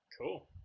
Cool